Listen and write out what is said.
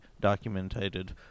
documented